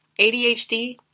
ADHD